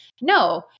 No